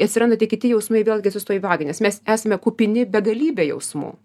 atsiranda tie kiti jausmai vėlgi atsistoji į vagą nes mes esame kupini begalybė jausmų